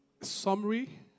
summary